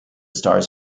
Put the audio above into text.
stars